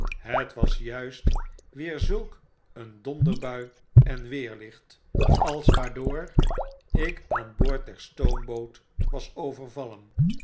het was juistweerzulk een donderbui en weerlicht als waardoor ik aan boord der stoomboot was overvallen